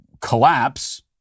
collapse